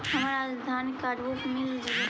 हमरा राशनकार्डवो पर मिल हको?